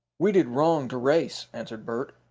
we did wrong to race, answered bert.